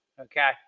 okay